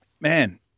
man